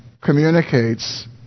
communicates